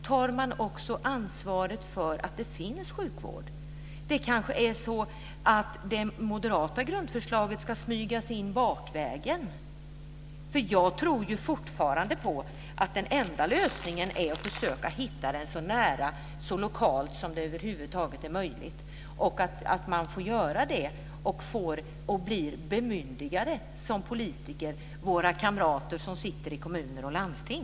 Tar man också ansvaret för att det finns sjukvård? Det moderata grundförslaget ska kanske smygas in bakvägen. Jag tror nämligen fortfarande att den enda lösningen är att man försöker fatta besluten så nära, så lokalt, som det över huvud taget är möjligt, och att våra kamrater som sitter i kommuner och landsting får göra det och blir bemyndigade som politiker.